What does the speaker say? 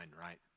right